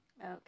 Okay